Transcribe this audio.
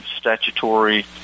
statutory